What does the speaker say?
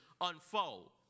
unfold